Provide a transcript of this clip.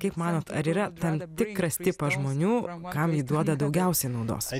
kaip manot ar yra tam tikras tipas žmonių kam ji duoda daugiausiai naudos